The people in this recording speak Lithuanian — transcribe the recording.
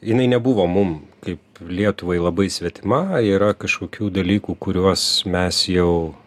jinai nebuvo mum kaip lietuvai labai svetima yra kažkokių dalykų kuriuos mes jau